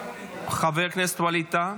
חבר הכנסת ווליד טאהא,